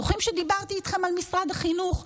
זוכרים שדיברתי אתכם על משרד החינוך,